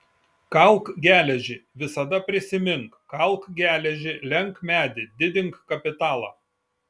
kalk geležį visada prisimink kalk geležį lenk medį didink kapitalą